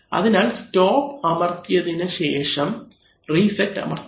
അതിനാൽ സ്റ്റോപ്പ് അമർത്തിയതിനു ശേഷം റീസെറ്റ് അമർത്തുക